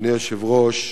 אדוני היושב-ראש,